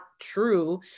true